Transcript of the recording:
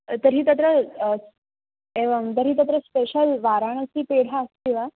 तर्हि तत्र एवं तर्हि तत्र स्पेशल् वाराणासी पेढा अस्ति वा